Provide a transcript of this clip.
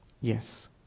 yes